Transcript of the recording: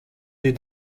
des